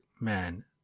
man